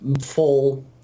Full